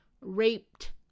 raped